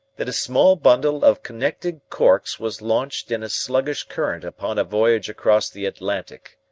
that a small bundle of connected corks was launched in a sluggish current upon a voyage across the atlantic.